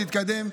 תתקדם,